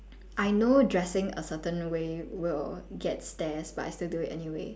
I know dressing a certain way will get stares but I still do it anyway